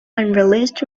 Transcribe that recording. unreleased